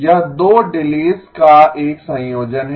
यह 2 डिलेस का एक संयोजन है